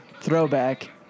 Throwback